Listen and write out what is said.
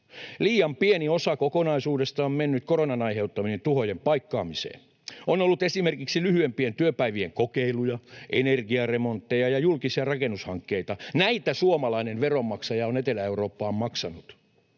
Liian pieni osa kokonaisuudesta on mennyt koronan aiheuttamien tuhojen paikkaamiseen, mutta on ollut esimerkiksi lyhyempien työpäivien kokeiluja, energiaremontteja ja julkisia rakennushankkeita — näitä suomalainen veronmaksaja on Etelä-Eurooppaan maksanut.